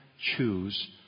choose